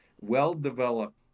well-developed